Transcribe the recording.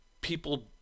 people